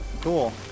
Cool